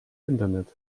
internet